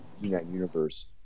universe